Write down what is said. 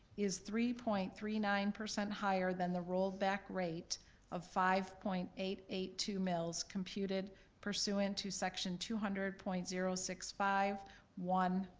is three point three nine higher than the rollback rate of five point eight eight two mills computed pursuant to section two hundred point zero six five one,